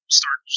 start